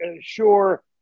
sure